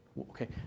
Okay